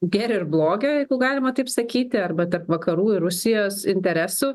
gėrio ir blogio jeigu galima taip sakyti arba tarp vakarų ir rusijos interesų